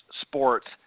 sports